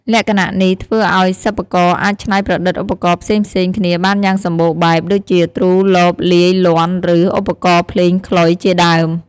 លក្ខណៈនេះធ្វើឱ្យសិប្បករអាចច្នៃប្រឌិតឧបករណ៍ផ្សេងៗគ្នាបានយ៉ាងសម្បូរបែប ដូចជា ទ្រូ លប លាយ លាន់ ឬ ឧបករណ៍ភ្លេងខ្លុយ ជាដើម។